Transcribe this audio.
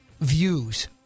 views